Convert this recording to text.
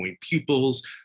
pupils